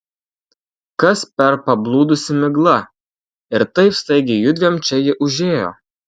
kas per pablūdusi migla ir taip staigiai judviem čia ji užėjo